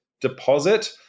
deposit